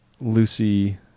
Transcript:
Lucy